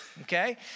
Okay